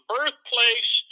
Birthplace